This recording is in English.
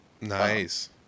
Nice